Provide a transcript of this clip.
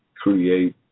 create